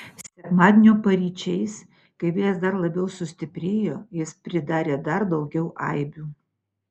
sekmadienio paryčiais kai vėjas dar labiau sustiprėjo jis pridarė dar daugiau aibių